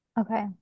Okay